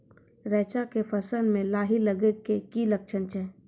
रैचा के फसल मे लाही लगे के की लक्छण छै?